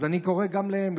אז אני קורא להם,